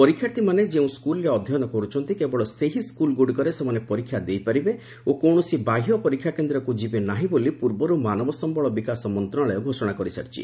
ପରୀକ୍ଷାର୍ଥୀମାନେ ଯେଉଁ ସ୍କୁଲ୍ରେ ଅଧ୍ୟୟନ କରୁଛନ୍ତି କେବଳ ସେହି ସ୍କୁଲ୍ଗୁଡ଼ିକରେ ସେମାନେ ପରୀକ୍ଷା ଦେଇପାରିବେ ଓ କୌଣସି ବାହ୍ୟ ପରୀକ୍ଷା କେନ୍ଦ୍ରକୁ ଯିବେ ନାହିଁ ବୋଲି ପୂର୍ବରୁ ମାନବ ସମ୍ଭଳ ବିକାଶ ମନ୍ତ୍ରଣାଳୟ ଘୋଷଣା କରିସାରିଛି